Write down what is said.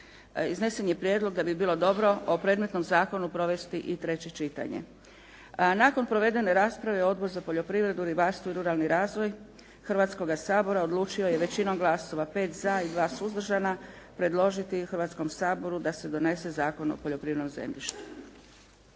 iznesen je prijedlog da bi bilo dobro o predmetnom zakonu provesti i treće čitanje. Nakon provedene rasprave, Odbor za poljoprivredu, ribarstvo i ruralni razvoj Hrvatskoga sabora odlučio je većinom glasova 5 za i 2 suzdržana predložiti Hrvatskom saboru da se donese Zakon o poljoprivrednom zemljištu.